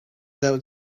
deuh